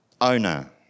Owner